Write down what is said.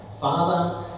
Father